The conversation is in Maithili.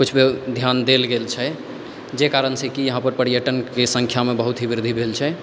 किछु धियान देल गेल छै जाहि कारणसँ कि यहाँपर पर्यटनके संख्यामे बहुत ही वृद्धि भेल छै